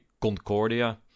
Concordia